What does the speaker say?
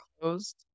closed